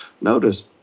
notice